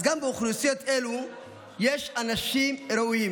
אז גם באוכלוסיות אלו יש אנשים ראויים,